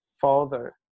father